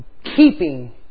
Keeping